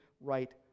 right